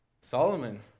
Solomon